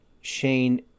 Shane